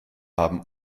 haben